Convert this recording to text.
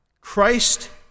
Christ